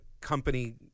Company